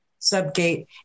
subgate